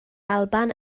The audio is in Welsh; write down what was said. alban